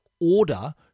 order